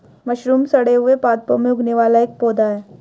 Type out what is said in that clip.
mushroom सड़े हुए पादपों में उगने वाला एक पौधा है